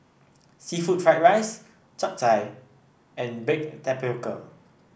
seafood Fried Rice Chap Chai and Baked Tapioca